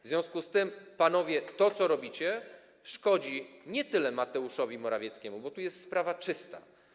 W związku z tym, panowie, to, co robicie, szkodzi nie tyle Mateuszowi Morawieckiemu, bo tu sprawa jest czysta.